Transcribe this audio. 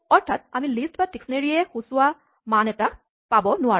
অৰ্থাৎ আমি লিষ্ট বা ডিস্কনেৰীঅভিধানএ নিজে সূচোৱা মান এটা পাব নোৱাৰো